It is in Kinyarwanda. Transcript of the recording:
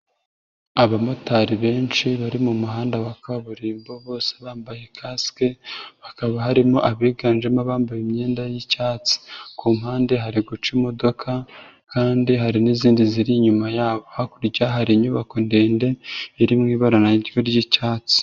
Abamotari benshi bari mu muhanda wa kaburimbo bose bambaye kasike, bakaba harimo abiganjemo abambaye imyenda y'icyatsi. Ku mpande hari guca imodoka kandi hari n'izindi ziri inyuma yabo. Hakurya hari inyubako ndende iri mu ibara na ryo ry'icyatsi.